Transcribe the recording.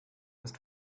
ist